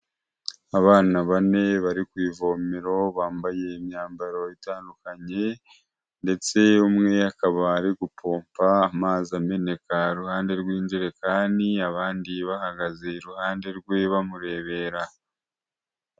Abana bane bari ku ivomero bambaye imyambaro itandukanye ndetse umwe akaba ari gupompa amazi ameneka iruhande rw'injerekani, abandi bahagaze iruhande rwe bamurebera.